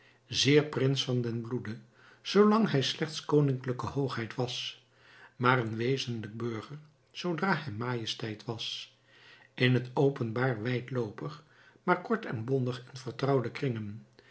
zeer prins van den bloede zoolang hij slechts koninklijke hoogheid was maar een wezenlijk burger zoodra hij majesteit was in t openbaar wijdloopig maar kort en bondig in vertrouwde kringen